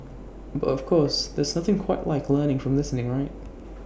but of course there's nothing quite like learning from listening right